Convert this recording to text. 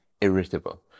irritable